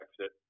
exit